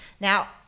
Now